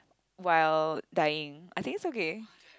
while dying I think it's okay